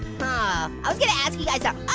huh, i was gonna ask you guys ah